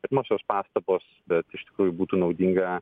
pirmosios pastabos bet iš tikrųjų būtų naudinga